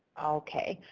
okay.